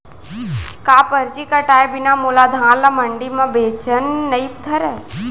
का परची कटाय बिना मोला धान ल मंडी म बेचन नई धरय?